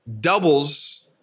doubles